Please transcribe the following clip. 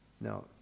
Now